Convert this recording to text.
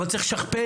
אבל צריך לשכפל.